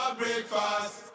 breakfast